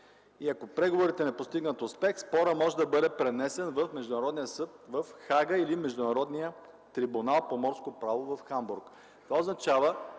И ако преговорите не постигнат успех, спорът може да бъде пренесен в Международния съд в Хага или Международния трибунал по морско право в Хамбург. Това означава,